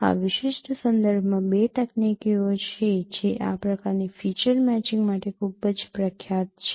આ વિશિષ્ટ સંદર્ભમાં બે તકનીકી ઓ છે જે આ પ્રકારની ફીચર મેચિંગ માટે ખૂબ જ પ્રખ્યાત છે